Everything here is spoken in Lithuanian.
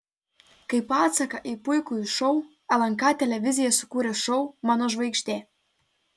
kaip atsaką į puikųjį šou lnk televizija sukūrė šou mano žvaigždė